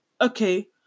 okay